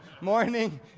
morning